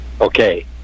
Okay